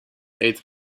eighth